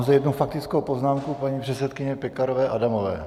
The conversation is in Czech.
Mám zde jednu faktickou poznámku paní předsedkyně Pekarové Adamové.